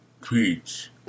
Preach